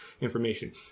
information